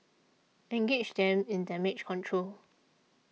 engage them in damage control